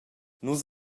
nus